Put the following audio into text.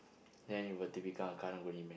then you want to become a Karang-Guni man